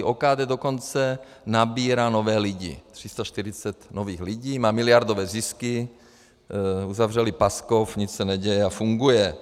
OKD dokonce nabírá nové lidi, 340 nových lidí, má miliardové zisky, uzavřeli Paskov, nic se neděje a funguje.